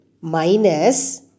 minus